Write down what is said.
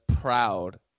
proud